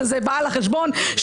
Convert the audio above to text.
שזה בעל החשבון,